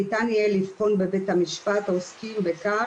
ניתן יהיה לבחון בבית המשפט העוסקים בכך,